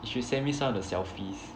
if you send me some of the selfies